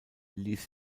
ließ